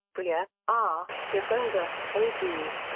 bruyer, r, de volder, a. g.